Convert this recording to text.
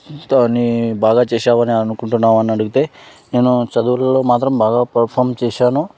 తోనే బాగా చేశావని అనుకుంటున్నావు అని అడిగితే నేను చదువులో మాత్రం బాగా పర్ఫామ్ చేశాను